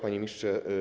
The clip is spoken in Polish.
Panie Ministrze!